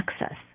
access